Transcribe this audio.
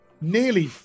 nearly